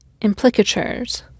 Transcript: Implicatures